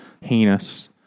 heinous